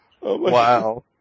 Wow